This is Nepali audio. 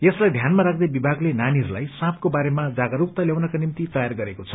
यसलाई ध्यानमा राख्दै विभागले नानीहरूलाई साँपको बारेमा जागरूकता ल्याउनका निम्ति तयार गरेको छ